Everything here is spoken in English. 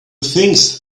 things